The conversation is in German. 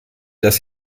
dass